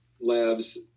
labs